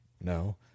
No